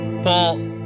Paul